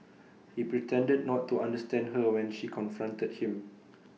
he pretended not to understand her when she confronted him